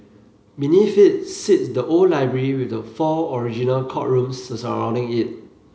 beneath it sits the old library with the four original courtrooms surrounding it